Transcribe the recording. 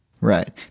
Right